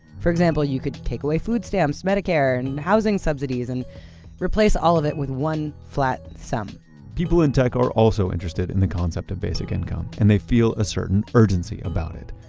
for example, you could take away food stamps, medicare and housing subsidies and replace all of it with one flat sum people in tech are also interested in the concept of basic income, and they feel a certain urgency about it.